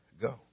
go